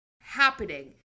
happening